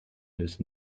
his